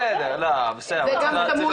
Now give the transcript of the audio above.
בסדר, לא, אבל צריך להפריד.